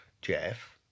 Jeff